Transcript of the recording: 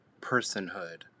personhood